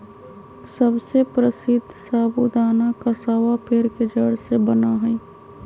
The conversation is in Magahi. सबसे प्रसीद्ध साबूदाना कसावा पेड़ के जड़ से बना हई